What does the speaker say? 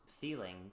feeling